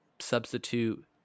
substitute